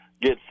get